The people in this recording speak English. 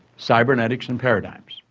cybernetics and paradigms,